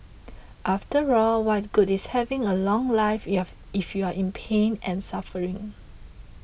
after all what good is having a long life you have if you're in pain and suffering